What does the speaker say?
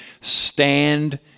stand